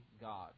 God